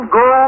go